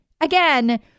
Again